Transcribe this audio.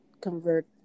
convert